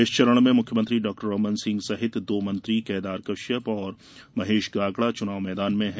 इस चरण में मुख्यमंत्री डॉरमन सिंह सहित दो मंत्री केदार कश्यप और महेश गागड़ा चुनाव मैदान में है